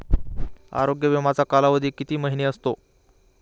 आरोग्य विमाचा कालावधी किती महिने असतो?